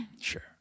Sure